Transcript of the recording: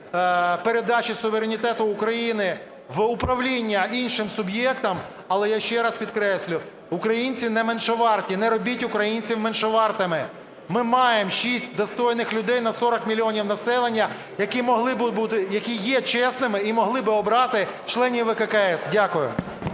передачі суверенітету України в управління іншим суб'єктам, але я ще раз підкреслюю, українці не меншоварті. Не робіть українців меншовартими. Ми маємо 6 достойних людей на 40 мільйонів населення, які є чесними і могли би обрати членів ВККС. Дякую.